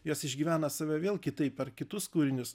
jos išgyvena save vėl kitaip per kitus kūrinius